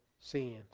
sins